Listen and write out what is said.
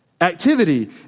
Activity